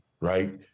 right